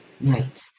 Right